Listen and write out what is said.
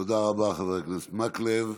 תודה רבה, חבר הכנסת מקלב.